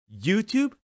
YouTube